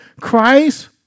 Christ